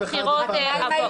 אין לזה שום קשר לבחירות הבאות.